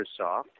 Microsoft